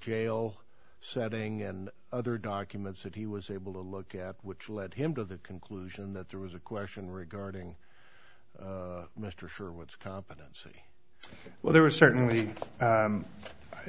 jail setting and other documents that he was able to look at which led him to the conclusion that there was a question regarding mr sure what's competence well there was certainly